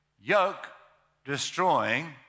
yoke-destroying